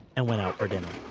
and went out for dinner.